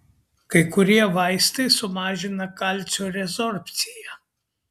kai kurie vaistai sumažina kalcio rezorbciją